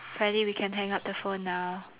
finally we can hang up the phone now